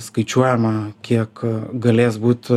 skaičiuojama kiek galės būt